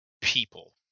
people